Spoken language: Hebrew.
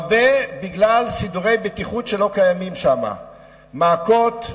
הרבה בגלל שלא קיימים שם סידורי בטיחות: מעקות,